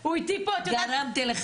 ניצב,